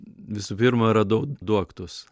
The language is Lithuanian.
visų pirma radau du aktus